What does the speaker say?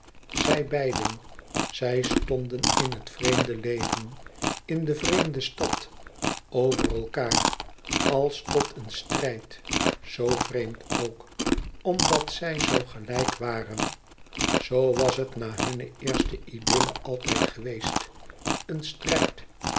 zij beiden zij stonden in het vreemde leven in de vreemde stad over elkaâr als tot een strijd zoo vreemd ook omdat zij zoo gelijk waren zoo was het na hunne eerste idylle altijd geweest een strijd